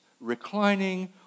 reclining